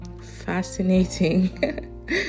fascinating